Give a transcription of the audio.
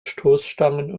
stoßstangen